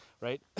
right